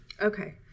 Okay